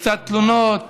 וקצת תלונות